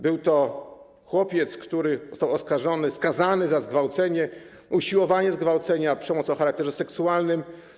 Był to chłopiec, który został skazany za zgwałcenie, usiłowanie zgwałcenia, przemoc o charakterze seksualnym.